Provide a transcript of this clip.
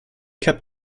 kept